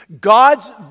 God's